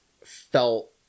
felt